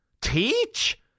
Teach